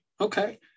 Okay